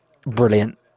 brilliant